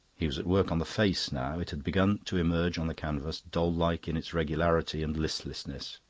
he was at work on the face now it had begun to emerge on the canvas, doll-like in its regularity and listlessness.